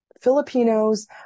Filipinos